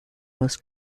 most